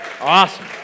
Awesome